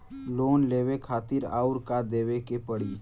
Loan लेवे खातिर अउर का देवे के पड़ी?